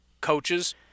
coaches